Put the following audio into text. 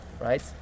right